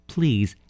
Please